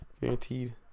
guaranteed